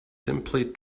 simply